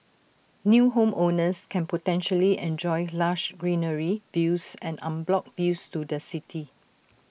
new homeowners can potentially enjoy lush greenery views and unblocked views to the city